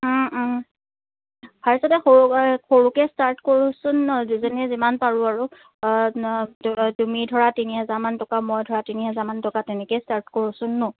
ফাষ্টতে সৰু সৰুকে ষ্টাৰ্ট কৰোঁচোন ন দুজনীয়ে যিমান পাৰোঁ আৰু তুমি ধৰা তিনি হেজাৰমান টকা মই ধৰা তিনি হেজাৰমান টকা তেনেকৈ ষ্টাৰ্ট কৰোঁচোন ন